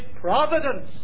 providence